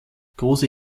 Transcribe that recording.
große